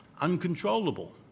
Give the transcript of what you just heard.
Uncontrollable